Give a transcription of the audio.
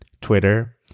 Twitter